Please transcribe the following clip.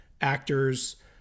actors